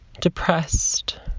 depressed